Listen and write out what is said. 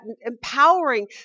empowering